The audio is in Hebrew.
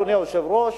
אדוני היושב-ראש,